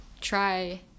try